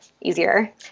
easier